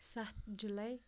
سَتھ جُلاے